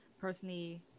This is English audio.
personally